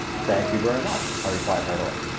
thank you very much, i replied heartily.